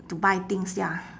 to buy things ya